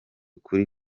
kuri